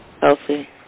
healthy